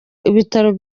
ibitaro